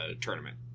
tournament